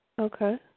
Okay